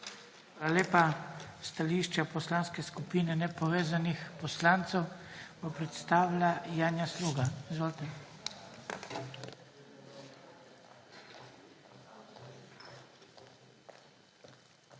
lepa. Stališče Poslanske skupine nepovezanih poslancev bo predstavila Janja Sluga. Izvolite.